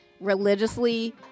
religiously